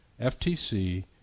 FTC